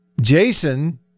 Jason